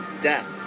death